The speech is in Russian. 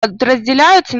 подразделяются